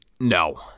No